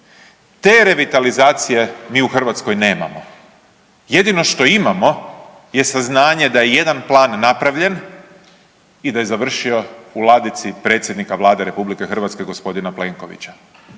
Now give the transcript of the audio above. Te revitalizacije mi u Hrvatskoj nemamo, jedino što imamo je saznanje da je jedan plan napravljen i da je završio u ladici predsjednika Vlade RH g. Plenkovića.